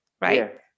right